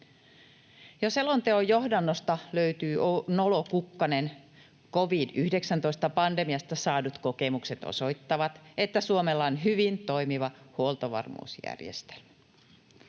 Jo selonteon johdannosta löytyy nolo kukkanen: ”Covid-19-pandemiasta saadut kokemukset osoittavat, että Suomella on hyvin toimiva huoltovarmuusjärjestelmä.”